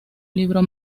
libro